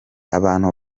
abantu